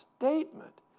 statement